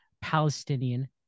Palestinian